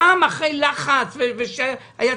וגם זה אחרי לחץ.